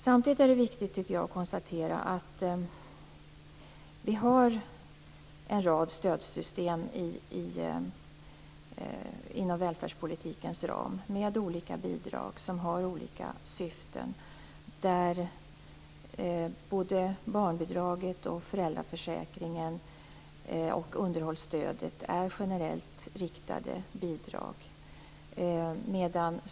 Samtidigt tycker jag att det är viktigt att konstatera att vi har en rad stödsystem inom välfärdspolitikens ram. Vi har olika bidrag som har olika syften. Såväl barnbidraget och föräldraförsäkringen som underhållsstödet är generellt riktade bidrag.